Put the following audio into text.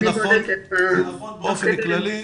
זה נכון באופן כללי,